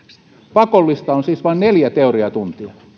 pakollista on siis vain neljä teoriatuntia